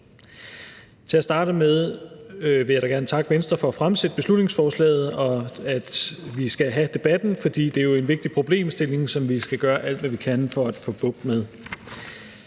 Til at starte med vil jeg da gerne takke Venstre for at fremsætte beslutningsforslaget og for, at vi skal have debatten, for det er jo en vigtig problemstilling, som vi skal gøre alt, hvad vi kan, for at få bugt med.